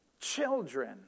children